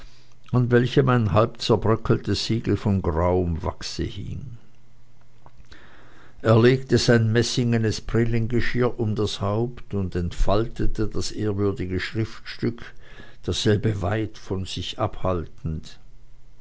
an welchem ein halbzerbröckeltes siegel von grauem wachse hing er legte sein messingenes brillengeschirr um das haupt und entfaltete das ehrwürdige schriftstück dasselbe weit von sich abhaltend